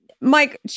Mike